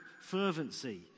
fervency